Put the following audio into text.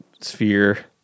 Sphere